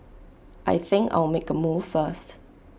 I think I'll make A move first